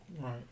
Right